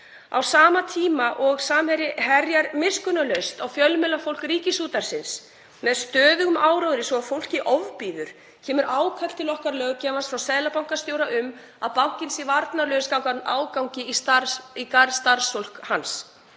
Á sama tíma og Samherji herjar miskunnarlaust á fjölmiðlafólk Ríkisútvarpsins með stöðugum áróðri svo að fólki ofbýður kemur ákall til okkar, löggjafans, frá seðlabankastjóra um að bankinn sé varnarlaus gagnvart ágangi í garð starfsfólks hans.